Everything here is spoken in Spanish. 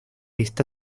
esta